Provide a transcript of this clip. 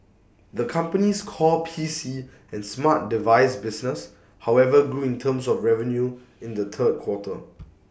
the company's core P C and smart device business however grew in terms of revenue in the third quarter